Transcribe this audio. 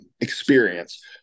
experience